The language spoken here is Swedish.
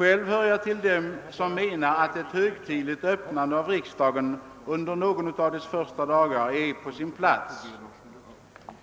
Jag tillhör dem som menar att ett högtidligt öppnande av riksdagen under någon av dess första dagar är på sin plats.